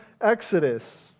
Exodus